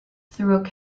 through